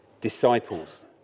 disciples